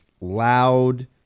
loud